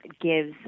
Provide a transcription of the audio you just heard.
gives